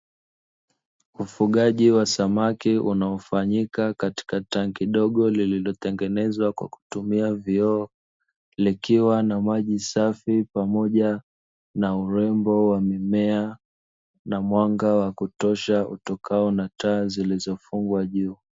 Ufugaji wa samaki unaofanyika katika tanki dogo, lililotengenezwa kwa kutumia vioo, likiwa na maji safi pamoja na urembo wa mimea mwanga wa kutosha, utokao na taa zilizofungwa juu.